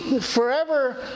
forever